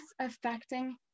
affecting